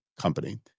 company